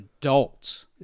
adults